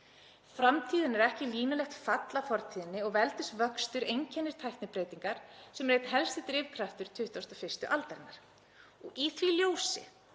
Framtíðin er ekki línulegt fall af fortíðinni og veldisvöxtur einkennir tæknibreytingar sem eru einn helsti drifkraftur 21. aldarinnar. Í því ljósi